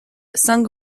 cinq